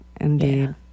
Indeed